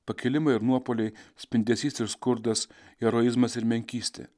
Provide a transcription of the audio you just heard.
pakilimai ir nuopuoliai spindesys ir skurdas heroizmas ir menkystė